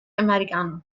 americano